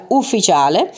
ufficiale